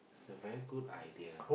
is a very good idea